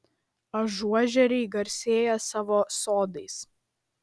ažuožeriai garsėja savo sodais